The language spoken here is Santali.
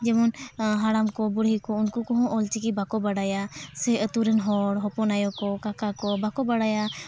ᱡᱮᱢᱚᱱ ᱦᱟᱲᱟᱢ ᱠᱚ ᱵᱩᱲᱦᱤ ᱠᱚ ᱩᱱᱠᱩ ᱠᱚᱦᱚᱸ ᱚᱞᱪᱤᱠᱤ ᱵᱟᱠᱚ ᱵᱟᱲᱟᱭᱟ ᱥᱮ ᱟᱹᱛᱩ ᱨᱮᱱ ᱦᱚᱲ ᱦᱚᱯᱚᱱ ᱟᱭᱳ ᱠᱚ ᱠᱟᱠᱟ ᱠᱚ ᱵᱟᱠᱚ ᱵᱟᱲᱟᱭᱟ